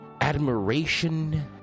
admiration